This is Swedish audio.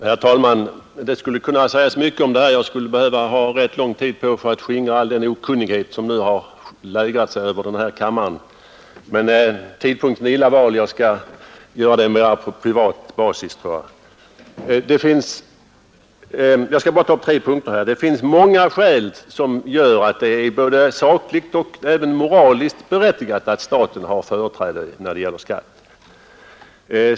Herr talman! Det kunde sägas mycket i denna fråga, och jag skulle behöva rätt lång tid för att skingra all den okunnighet som nu har lägrat sig över denna kammare. Men tidpunkten härför är illa vald, och det får jag därför göra på mera privat basis. Nu skall jag bara ta upp tre punkter. Det är många skäl som gör att det är både sakligt och moraliskt berättigat att staten har visst företräde när det gäller inbetalning av skatt.